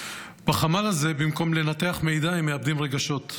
בחמ"ל הזה במקום לנתח מידע הם מנתחים רגשות.